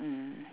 mm